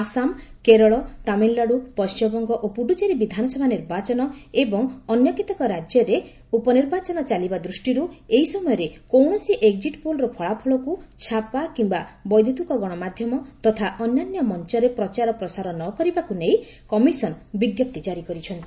ଆସାମା କେରଳ ତାମିଲନାଡୁ ପଶ୍ଚିମବଙ୍ଗ ଓ ପୁଡୁଚେରୀ ବିଧାନସଭା ନିର୍ବାଚନ ଏବଂ ଅନ୍ୟ କେତେକ ରାଜ୍ୟରେ ଉପନିର୍ବାଚନ ଚାଲିବା ଦୃଷ୍ଟିରୁ ଏହି ସମୟରେ କୌଣସି ଏକଜିଟ୍ ପୋଲର ଫଳାଫଳକ୍ ଛାପା କିମ୍ବା ବୈଦୂତିକ ଗଣମାଧ୍ୟମ ତଥା ଅନ୍ୟାନ୍ୟ ମଞ୍ଚରେ ପ୍ରଚାର ପ୍ରସାର ନ କରିବାକୁ ନେଇ କମିଶନ ବିଞ୍ଜପ୍ତି ଜାରି କରିଛନ୍ତି